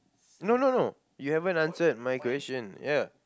no no no you haven't answered my question ya